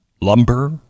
lumber